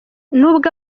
nubwo